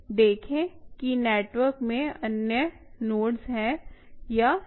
देखें कि नेटवर्क में अन्य नोड्स हैं या नहीं